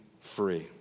free